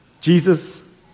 Jesus